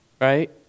right